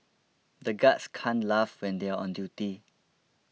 the guards can't laugh when they are on duty